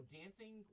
dancing